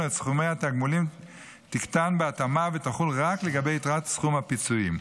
את סכומי התגמולים תקטן בהתאמה ותחול רק לגבי יתרת סכום הפיצויים.